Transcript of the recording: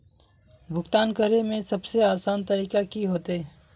भुगतान करे में सबसे आसान तरीका की होते?